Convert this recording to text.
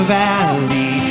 valley